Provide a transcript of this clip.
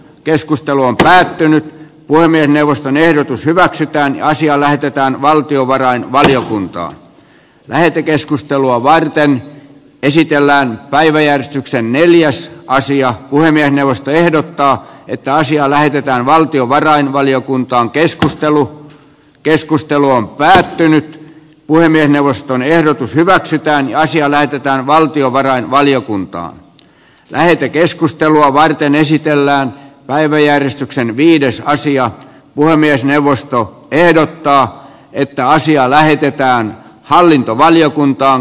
keskustelu on päättynyt puhemiesneuvoston ehdotus hyväksytäänkö asia lähetetään valtiovarainvaliokuntaan lähetekeskustelua varten esitellään päiväjärjestyksen neljäs sija puhemiesneuvosto ehdottaa että asia lähetetään valtiovarainvaliokuntaankeskustelu keskustelu on päättynyt puhemiesneuvoston ehdotus hyväksytään ja asia lähetetään valtiovarainvaliokuntaan lähetekeskustelua varten esitellään päiväjärjestyksen viides sija puhemiesneuvosto ehdottaa että asia lähetetään hallintovaliokuntaan